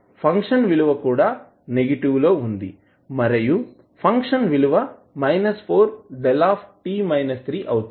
function విలువ కూడా negative లో వుంది మరియు ఫంక్షన్ విలువ 4 𝞭 అవుతుంది